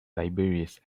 tiberius